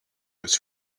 was